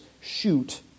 shoot